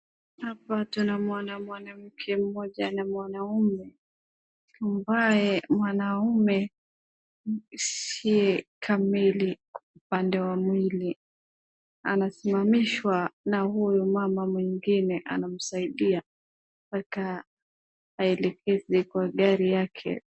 Hapa tuna mwanamke mmoja na mwanaume, ambaye mwanaume si kamili pande wa mwili. Anasimamishwa, na huyu mama mwingine anamsaidia mpaka aelekezwe kwa gari yake.